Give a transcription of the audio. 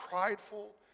prideful